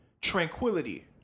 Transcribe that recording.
tranquility